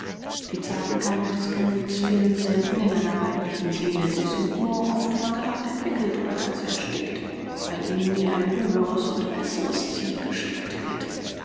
die zarten keime des gemüths fehlen selten in einer weiblichen seele sie sind nur oft mangelhaft entwickelt oder ganz erstickt weil ihnen nie ein höheres und besseres ziel gesteckt wird